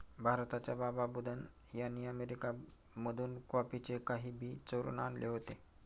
भारताच्या बाबा बुदन यांनी अरेबिका मधून कॉफीचे काही बी चोरून आणले होते